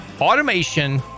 automation